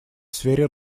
сфере